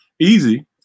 Easy